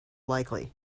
likely